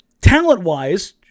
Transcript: talent-wise